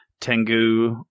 Tengu